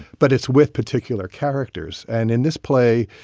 but it's with particular characters. and in this play,